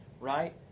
right